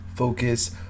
Focus